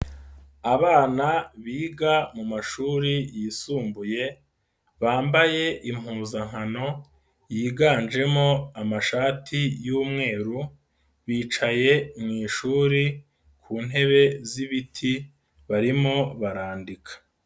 Abana biga mu mashuri yisumbuye, bambaye impuzankano yiganjemo amashati y'umweru, bicaye mu ishuri, ku ntebe z'ibiti, barimo barandika.